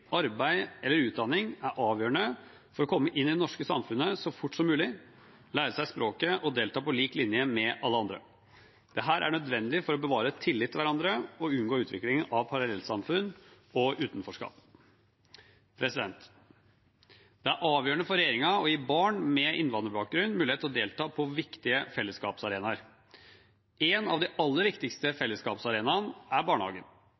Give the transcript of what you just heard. arbeid eller utdanning er avgjørende for å komme inn i det norske samfunnet så fort som mulig, lære seg språket og delta på lik linje med alle andre. Dette er nødvendig for å bevare tillit til hverandre og unngå utvikling av parallellsamfunn og utenforskap. Det er avgjørende for regjeringen å gi barn med innvandrerbakgrunn mulighet til å delta på viktige fellesskapsarenaer. En av de aller viktigste fellesskapsarenaene er barnehagen.